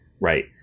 Right